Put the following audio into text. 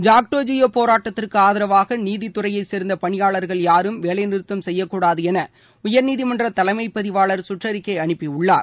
ஜாக்டோ ஜியோ போராட்டத்திற்கு ஆதரவாக நீதித்துறையைச் சேர்ந்த பணியாளர்கள் யாரும் வேலை நிறுத்தம் செய்யக்கூடாது என உயர்நீதிமன்ற தலைமைப் பதிவாளர் சுற்றறிக்கை அறப்பியுள்ளார்